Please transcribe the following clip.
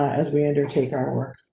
as we undertake our work,